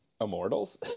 immortals